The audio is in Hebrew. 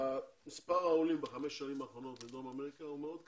מספר העולים בחמש השנים האחרונות מדרום אמריקה הוא מאוד קטן,